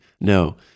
No